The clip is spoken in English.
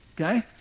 Okay